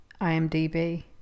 IMDb